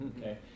okay